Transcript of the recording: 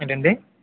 ఏంటండి